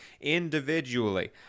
Individually